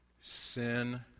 Sin